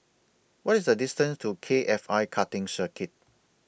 What IS The distance to K F I Karting Circuit